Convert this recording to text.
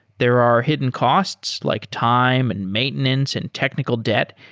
there are hidden costs like time, and maintenance, and technical debt,